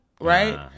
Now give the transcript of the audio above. Right